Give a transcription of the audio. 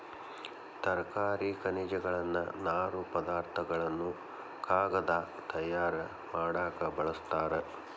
ತರಕಾರಿ ಖನಿಜಗಳನ್ನ ನಾರು ಪದಾರ್ಥ ಗಳನ್ನು ಕಾಗದಾ ತಯಾರ ಮಾಡಾಕ ಬಳಸ್ತಾರ